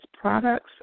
products